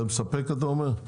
זה מספק אתה אומר?